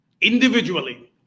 individually